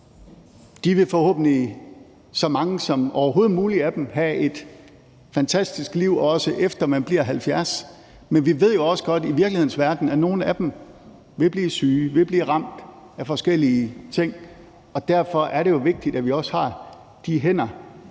De vil forhåbentlig, så mange af dem som overhovedet muligt, have et fantastisk liv, også efter de er blevet 70 år, men vi ved jo også godt, at i virkelighedens verden vil nogle af dem blive syge og blive ramt af forskellige ting, og derfor er det jo vigtigt, at vi også har de hænder